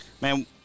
man